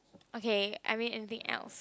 okay I mean anything else